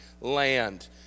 land